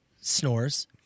snores